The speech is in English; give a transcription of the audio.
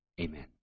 Amen